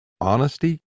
honesty